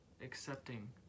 accepting